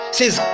says